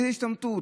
איזו השתמטות?